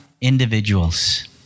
individuals